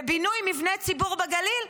ובינוי מבני ציבור בגליל,